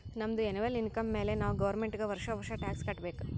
ನಮ್ದು annual income ಮ್ಯಾಲೆ ನಾವ್ ಗೌರ್ಮೆಂಟ್ಗ್ ವರ್ಷಾ ವರ್ಷಾ ಟ್ಯಾಕ್ಸ್ ಕಟ್ಟಬೇಕ್